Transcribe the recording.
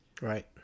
Right